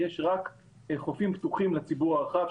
יש רק חופים פתוחים לציבור הרחב,